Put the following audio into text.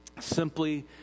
simply